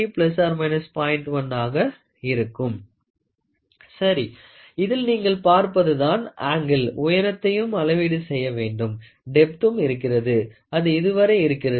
ஆக இருக்கும் சரி இதில் நீங்கள் பார்ப்பது தான் ஆங்கிள் உயரத்தையும் அளவீடு செய்ய வேண்டும் டெப்த்தும் இருக்கிறது அது இதுவரை இருக்கிறது